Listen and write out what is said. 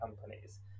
companies